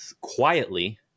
quietly